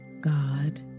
God